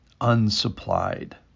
unsupplied